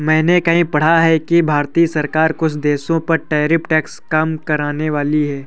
मैंने कहीं पढ़ा है कि भारतीय सरकार कुछ देशों पर टैरिफ टैक्स कम करनेवाली है